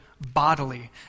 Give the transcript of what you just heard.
bodily